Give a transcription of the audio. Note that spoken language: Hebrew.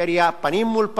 פנים מול פנים,